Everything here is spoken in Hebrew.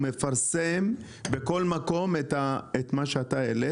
הוא מפרסם בכל מקום את מה שאתה העלית,